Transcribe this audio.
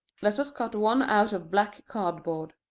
let us cut one out of black cardboard.